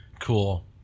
Cool